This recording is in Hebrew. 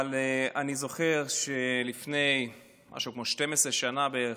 אבל אני זוכר שלפני משהו כמו 12 שנה בערך,